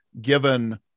given